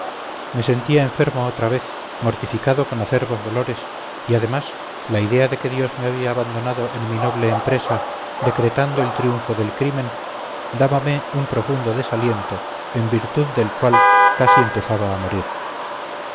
me sentía enfermo otra vez mortificado por acerbos dolores y además la idea de que dios me había abandonado en mi noble empresa decretando el triunfo del crimen dábame un profundo desaliento en virtud del cual casi empezaba a morir